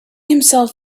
himself